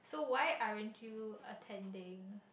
so why aren't you attending